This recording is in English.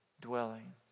dwelling